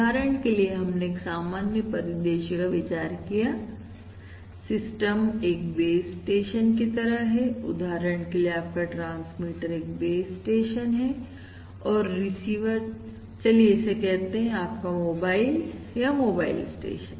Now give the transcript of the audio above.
उदाहरण के लिए हमने एक सामान्य परिदृश्य का विचार किया सिस्टम एक बेस स्टेशन की तरह है उदाहरण के लिए आपका ट्रांसमीटर एक बेस स्टेशन है और रिसीवर चलिए इसे कहते हैं आपका मोबाइल या मोबाइल स्टेशन